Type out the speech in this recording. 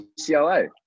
UCLA